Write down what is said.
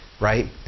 right